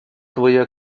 твоя